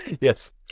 yes